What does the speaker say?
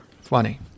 Funny